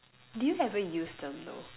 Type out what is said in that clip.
do you ever use them though